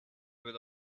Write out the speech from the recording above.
with